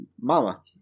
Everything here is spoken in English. Mama